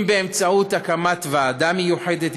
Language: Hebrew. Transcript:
אם באמצעות הקמת ועדה מיוחדת,